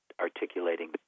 articulating